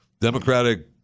Democratic